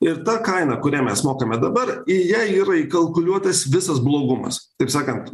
ir ta kaina kurią mes mokame dabar į ją yra įkalkuliuotas visas blogumas taip sakant